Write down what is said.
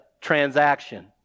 transaction